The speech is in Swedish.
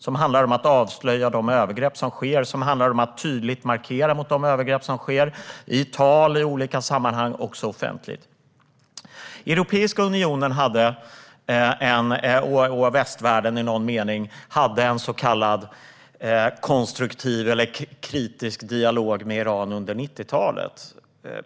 Det handlar om att avslöja de övergrepp som sker och om att tydligt markera mot de övergrepp som sker i tal och i olika sammanhang, också offentligt. Europeiska unionen och västvärlden i någon mening hade en så kallad konstruktiv eller kritisk dialog med Iran under 90-talet.